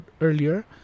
earlier